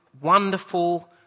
wonderful